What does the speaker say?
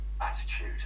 Attitude